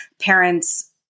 parents